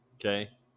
Okay